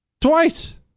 Twice